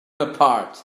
apart